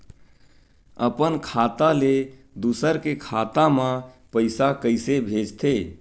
अपन खाता ले दुसर के खाता मा पईसा कइसे भेजथे?